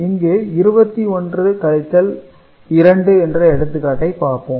இங்கு 21 கழித்தல் 2 என்ற எடுத்துக்காட்டை பார்ப்போம்